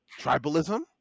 tribalism